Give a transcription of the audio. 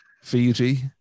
Fiji